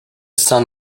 sun